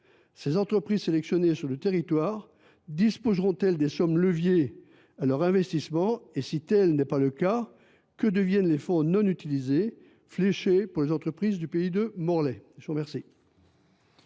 ces entreprises sélectionnées sur le territoire disposeront elles des sommes « levier » nécessaires à leurs investissements, et, si tel n’est pas le cas, que deviendront les fonds non utilisés fléchés pour les entreprises du pays de Morlaix ?